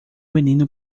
menino